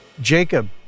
Jacob